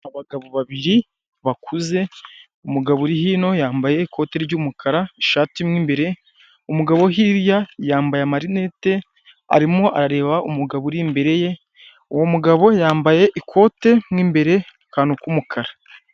Abagabo babiri bakuze umugabo uri hino yambaye ikoti ry'umukara ishati mu imbere, umugabo wo hirya yambaye amarinete arimo areba umugabo uri imbere ye, uwo mugabo yambaye ikote mu imbere akantu k'umukara.